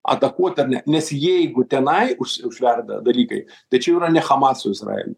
atakuoti ar ne nes jeigu tenai už užverda dalykai tai čia jau yra ne chamas su izraeliu